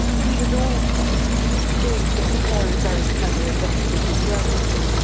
he was also doing some very, very clever investigative journalism,